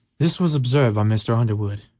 this was observed by mr. underwood,